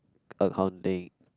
accounting